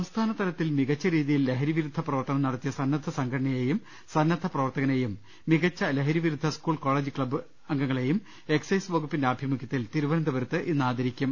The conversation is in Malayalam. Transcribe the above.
സംസ്ഥാനതലത്തിൽ മികച്ച രീതിയിൽ ലഹരിവിരുദ്ധ പ്രവർത്തനം നട ത്തിയ സന്നദ്ധ സംഘടനയെയും സന്നദ്ധ പ്രവർത്തകനെയും മികച്ച ലഹ രിവിരുദ്ധ സ്കൂൾ കോളേജ് ക്ലബ്ബ് അംഗങ്ങളെയും എക്സൈസ് വകുപ്പിന്റെ ആഭിമുഖ്യത്തിൽ തിരുവനന്തപുരത്ത് ഇന്ന് ആദരിക്കും